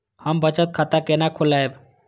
हम बचत खाता केना खोलैब?